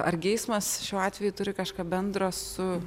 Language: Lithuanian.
ar geismas šiuo atveju turi kažką bendro su